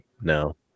No